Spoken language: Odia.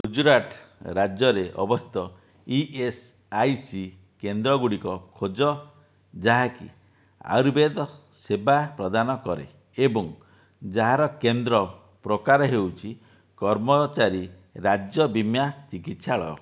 ଗୁଜୁରାଟ ରାଜ୍ୟରେ ଅବସ୍ଥିତ ଇଏସ୍ଆଇସି କେନ୍ଦ୍ରଗୁଡ଼ିକ ଖୋଜ ଯାହାକି ଆୟୁର୍ବେଦ ସେବା ପ୍ରଦାନ କରେ ଏବଂ ଯାହାର କେନ୍ଦ୍ର ପ୍ରକାର ହେଉଛି କର୍ମଚାରୀ ରାଜ୍ୟ ବୀମା ଚିକିତ୍ସାଳୟ